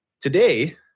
today